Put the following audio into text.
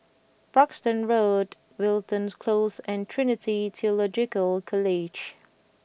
Parkstone Road Wilton Close and Trinity Theological College